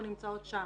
אנחנו נמצאות שם.